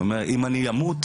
הוא אמר שאם הוא ימות,